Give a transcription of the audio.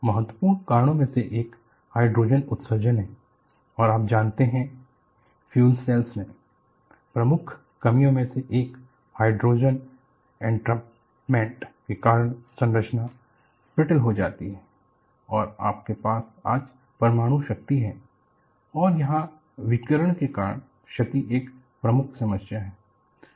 महत्वपूर्ण कारणों में से एक हाइड्रोजन उत्सर्जन है और आप जानते हैं फ्यूल सेल्स में प्रमुख कमियों में से एक हाइड्रोजन एंट्रापमेंट के कारण संरचना ब्रिटल हो जाती है और आपके पास आज परमाणु शक्ति है और वहाँ विकिरण के कारण क्षति एक प्रमुख समस्या है